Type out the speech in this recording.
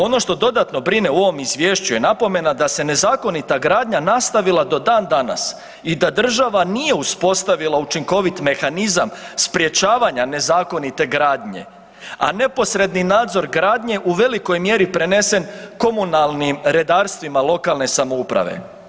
Ono što dodatno brine u ovom izvješću je napomena da se nezakonita gradnja nastavila do dan danas i da država nije uspostavila učinkovit mehanizam sprječavanja nezakonite gradnje, a neposredni nadzor gradnje u velikoj mjeri je prenesen komunalnim redarstvima lokalne samouprave.